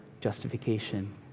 justification